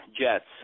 jets